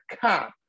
cop